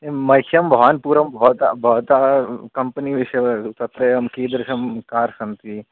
मह्यं भवान् पूर्वं भवत् भवतः कम्पनी विषये वदतु तत्र कीदृशं कार् सन्ति